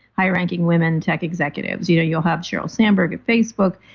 high ranking women tech executives you know you'll have sheryl sandberg at facebook,